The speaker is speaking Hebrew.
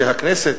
שהכנסת,